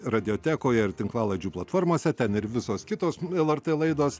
radiotekoje ir tinklalaidžių platformose ten ir visos kitos lrt laidos